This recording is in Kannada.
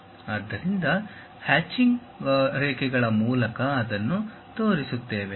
ಆದ್ದರಿಂದ ಹ್ಯಾಚಿಂಗ್ ರೇಖೆಗಳ ಮೂಲಕ ಅದನ್ನು ತೋರಿಸುತ್ತೇವೆ